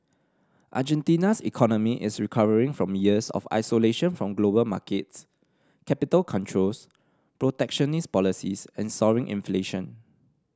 Argentina's economy is recovering from years of isolation from global markets capital controls protectionist policies and soaring inflation